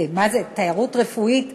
מה זה "תיירות רפואית"?